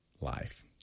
life